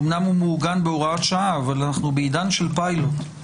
אמנם הוא מעוגן בהוראת שעה אבל אנחנו בעידן של פיילוט.